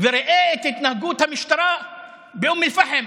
וראו את התנהגות המשטרה באום אל-פחם: